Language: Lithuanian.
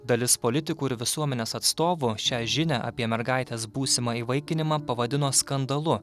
dalis politikų ir visuomenės atstovų šią žinią apie mergaitės būsimą įvaikinimą pavadino skandalu